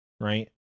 right